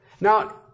Now